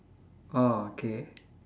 oh okay